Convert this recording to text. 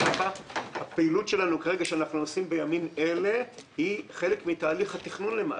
הפעילות שאנחנו עושים בימים אלה היא חלק מתהליך התכנון למעשה.